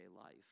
life